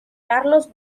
carlos